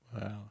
Wow